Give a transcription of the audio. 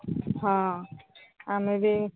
ହଁ ଆମେ ବି